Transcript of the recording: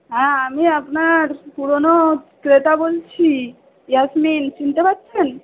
হ্যাঁ আমি আপনার পুরোনো ক্রেতা বলছি ইয়াস্মিন চিনতে পারছেন